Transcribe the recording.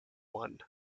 one